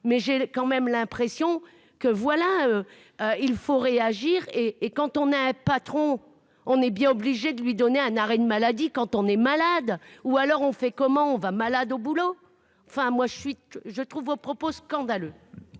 mais j'ai quand même l'impression que, voilà, il faut réagir et et quand on a un patron, on est bien obligé de lui donner un arrêt de maladie, quand on est malade ou alors on fait comment va malade au boulot, enfin moi je suis je trouve vos propos scandaleux.